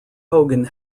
hogan